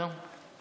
זהו.